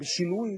בשינוי